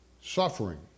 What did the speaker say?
Suffering